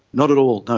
not at all,